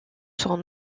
son